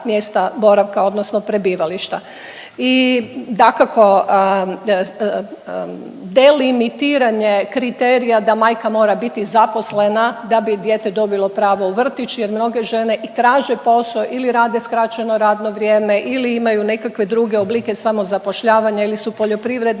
mjesta boravka, odnosno prebivališta. I dakako delimitiranje kriterija da majka mora biti zaposlena da bi dijete dobilo pravo u vrtić jer mnoge žene i traže posao ili rade skraćeno radno vrijeme ili imaju nekakve druge oblike samozapošljavanja ili su poljoprivrednice